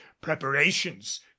preparations